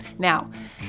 Now